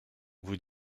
vous